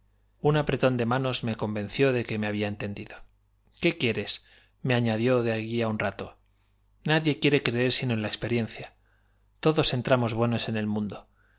n apretón de manos me convenció de que radas m e habla entendido qué quieres m e añadió dejando aparte la antigüedad por más méride allí á un rato nadie quiere creer sino en la to que les añada puesto que hay muchas gentes experiencia todos entramos buenos en el mun